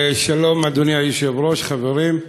שלום, אדוני היושב-ראש, חברים,